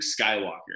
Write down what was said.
Skywalker